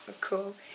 Cool